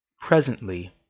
Presently